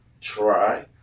try